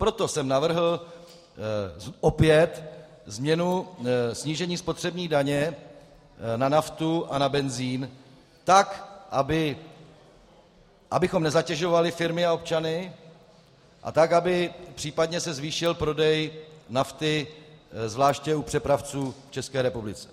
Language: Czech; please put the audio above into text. Proto jsem navrhl opět změnu snížení spotřební daně na naftu a na benzin tak, abychom nezatěžovali firmy a občany, a tak, aby se případně zvýšil prodej nafty zvláště u přepravců v České republice.